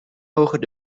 ogen